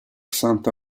santa